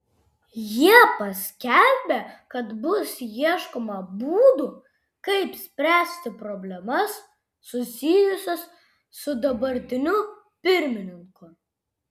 jie paskelbė kad bus ieškoma būdų kaip spręsti problemas susijusias su dabartiniu pirmininku